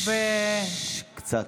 ששש, קצת.